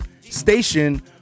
station